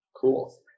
Cool